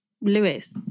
Lewis